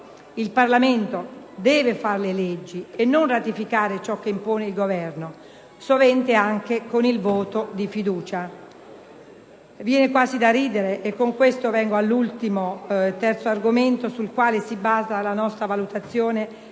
il Parlamento deve fare le leggi e non ratificare ciò che impone il Governo, sovente anche con il voto di fiducia.